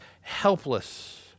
helpless